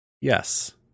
Yes